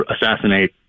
assassinate